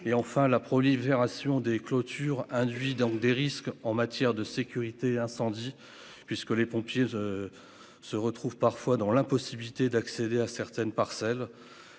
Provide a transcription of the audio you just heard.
et enfin la prolifération des clôtures induit donc des risques en matière de sécurité incendie puisque les pompiers. Se retrouvent parfois dans l'impossibilité d'accéder à certaines parcelles.